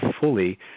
fully